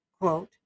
quote